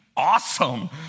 awesome